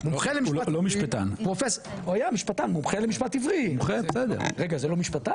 הוא היה משפטן מומחה למשפט עברי, רגע זה לא משפטן?